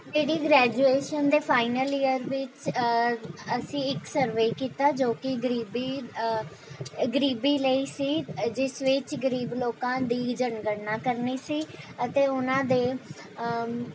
ਮੇਰੀ ਗ੍ਰੈਜੂਏਸ਼ਨ ਦੇ final year ਵਿੱਚ ਅਸੀਂ ਇੱਕ ਸਰਵੇ ਕੀਤਾ ਜੋ ਕਿ ਗਰੀਬੀ ਗਰੀਬੀ ਲਈ ਸੀ ਜਿਸ ਵਿੱਚ ਗਰੀਬ ਲੋਕਾਂ ਦੀ ਜਨਗਣਨਾ ਕਰਨੀ ਸੀ ਅਤੇ ਉਨ੍ਹਾਂ ਦੇ